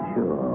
Sure